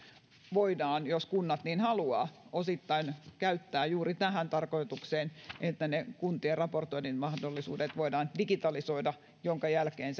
voidaan jos kunnat niin haluavat osittain käyttää juuri tähän tarkoitukseen siihen että kuntien raportointimahdollisuudet voidaan digitalisoida minkä jälkeen